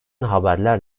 haberler